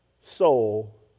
soul